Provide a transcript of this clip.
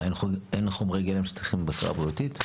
מה, אין חומרי גלם שצריכים בקרה בריאותית?